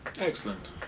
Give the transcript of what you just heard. Excellent